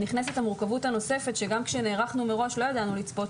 נכנסת המורכבות הנוספת - וגם כשנערכנו מראש לא ידענו לצפות